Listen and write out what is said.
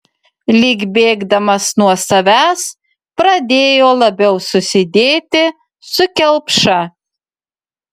lyg bėgdamas nuo savęs pradėjo labiau susidėti su kelpša